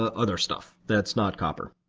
ah other stuff that's not copper.